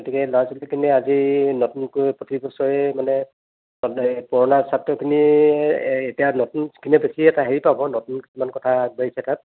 গতিকে ল'ৰা ছোৱালীখিনিয়ে আজি নতুনকৈ প্ৰতি বছৰেই মানে পুৰণা ছাত্ৰখিনি এতিয়া নতুনখিনিয়ে বেছি হেৰি পাব নতুন কিমান কথা আগবাঢ়িছে তাত